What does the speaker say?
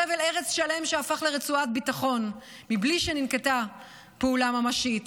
חבל ארץ שלם שהפך לרצועת ביטחון מבלי שננקטה פעולה ממשית.